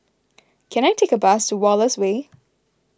can I take a bus to Wallace Way